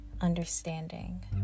understanding